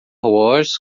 wars